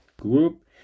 group